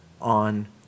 on